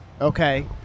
okay